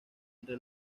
entre